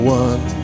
one